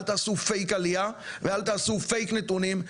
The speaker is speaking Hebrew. אל תעשו "פייק עלייה" ואל תעשו "פייק נתונים",